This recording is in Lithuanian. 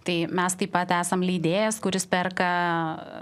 tai mes taip pat esam leidėjas kuris perka